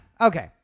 Okay